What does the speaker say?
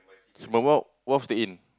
officer stay in